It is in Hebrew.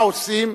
מה עושים?